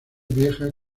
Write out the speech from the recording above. vieja